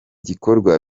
gikorwa